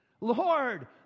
Lord